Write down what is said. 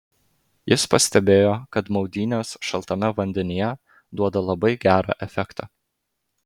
jis pastebėjo kad maudynės šaltame vandenyje duoda labai gerą efektą